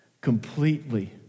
completely